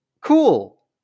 cool